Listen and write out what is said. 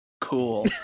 cool